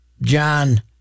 John